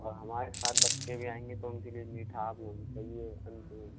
और हमारे साथ बच्चे भी आयेंगे तो उसके लिए मीठा भी होना चाहिए अंत में